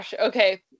Okay